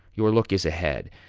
your look is ahead,